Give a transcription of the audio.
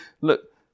Look